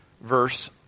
verse